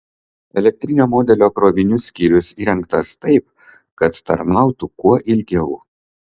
elektrinio modelio krovinių skyrius įrengtas taip kad tarnautų kuo ilgiau